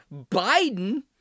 Biden